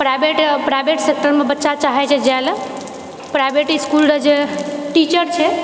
private private सेक्टरमे बच्चा चाहै छै जाए ले प्राइवेट इसकुलके जे टीचर छै